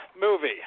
movie